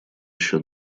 еще